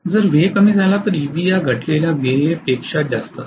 जर Va कमी झाला तर Eb या घटलेल्या Va पेक्षा जास्त असेल